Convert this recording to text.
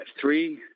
three